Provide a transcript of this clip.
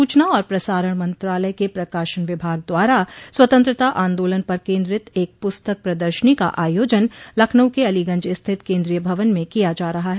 सूचना और प्रसारण मंत्रालय के प्रकाशन विभाग द्वारा स्वतंत्रता आन्दोलन पर केन्द्रित एक पुस्तक प्रदर्शनी का आयोजन लखनऊ के अलीगंज स्थित केन्द्रीय भवन में किया जा रहा है